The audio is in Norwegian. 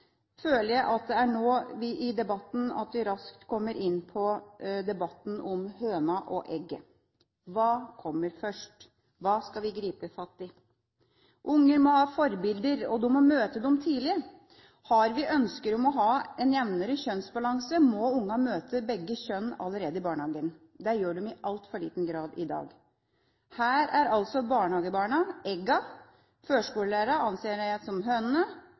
føler jeg at det er nå vi kommer raskt inn på debatten om høna og egget. Hva kommer først? Hva skal vi gripe fatt i? Unger må ha forbilder, og de må møte dem tidlig. Har vi ønsker om å ha en jevnere kjønnsbalanse, må ungene møte begge kjønn allerede i barnehagen. Det gjør de i altfor liten grad i dag. Her er altså barnehagebarna eggene. Førskolelærerne anser jeg som hønene,